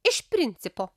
iš principo